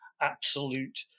absolute